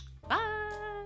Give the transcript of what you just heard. bye